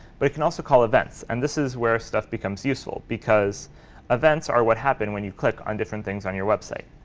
but it can also call events. and this is where stuff becomes useful, because events are what happen when you click on different things on your website.